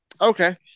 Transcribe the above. okay